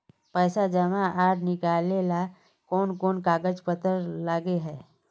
पैसा जमा आर निकाले ला कोन कोन सा कागज पत्र लगे है?